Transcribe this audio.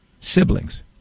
siblings